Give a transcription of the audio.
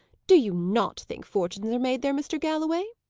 do you not think fortunes are made there, mr. galloway?